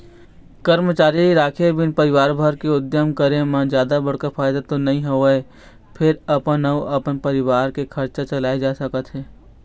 करमचारी राखे बिन परवार भर मिलके उद्यम करे म जादा बड़का फायदा तो नइ होवय फेर अपन अउ अपन परवार के खरचा चलाए जा सकत हे